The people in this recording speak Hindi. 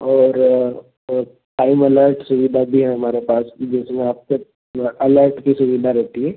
और टाइम अलर्ट सुविधा भी है हमारे पास जिसमें आपके अलर्ट की सुविधा रहती है